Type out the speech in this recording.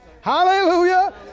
hallelujah